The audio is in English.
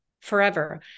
forever